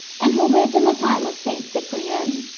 and who lived in the time of st. cyprien.